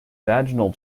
vaginal